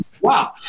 Wow